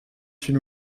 une